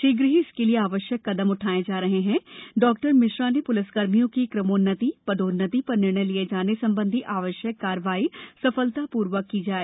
शीघ्र ही इसके लिये आवश्यक कदम उठाएं जा रहे है ााॉ मिश्रा ने प्लिसकर्मियों की क्रमोन्नति प्रदोन्नति प्रर निर्णय लिये जाने संबंधी आवश्यक कार्यवाही तत्परतापुर्वक की जाए